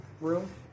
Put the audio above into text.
room